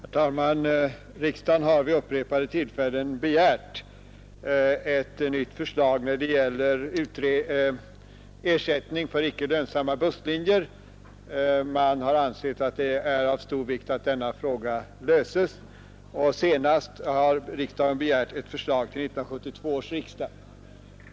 Herr talman! Riksdagen har vid upprepade tillfällen begärt ett nytt förslag när det gäller ersättning för icke lönsamma busslinjer. Man har ansett att det är av stor vikt att denna fråga löses. Senast har riksdagen begärt ett förslag till 1972 års riksdag.